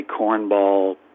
cornball